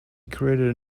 created